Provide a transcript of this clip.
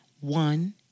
one